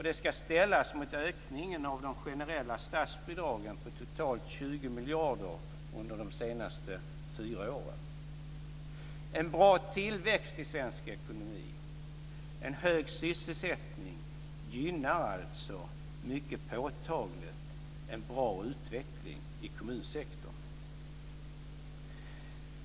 Det ska ställas mot ökningen av de generella statsbidragen på totalt 20 miljarder under de senaste fyra åren. En bra tillväxt i svensk ekonomi och en hög sysselsättning gynnar alltså mycket påtagligt en bra utveckling i kommunsektorn.